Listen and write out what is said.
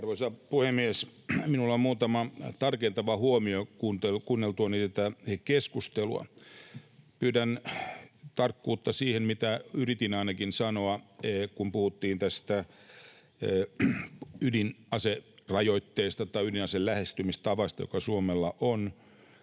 Arvoisa puhemies! Minulla on muutama tarkentava huomio kuunneltuani tätä keskustelua: Pyydän tarkkuutta siihen, mitä ainakin yritin sanoa, kun puhuttiin tästä ydinaserajoitteesta tai ydinaselähestymistavasta, joka Suomella on.